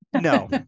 no